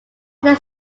had